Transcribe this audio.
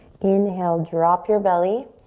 inhale, drop your belly.